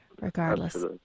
regardless